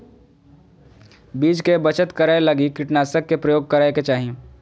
बीज के बचत करै लगी कीटनाशक के प्रयोग करै के चाही